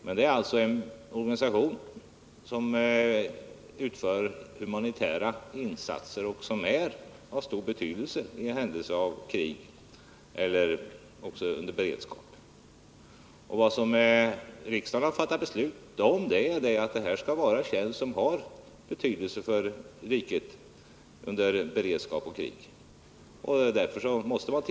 Men det är alltså en organisation som utför humanitära insatser som är av betydelse i händelse av krig och under beredskap. Riksdagen fattade beslut om att det skulle gälla tjänst som har betydelse för riket under beredskap och krig. En lag måste följas.